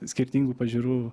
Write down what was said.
skirtingų pažiūrų